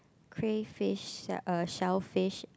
crayfish uh shellfish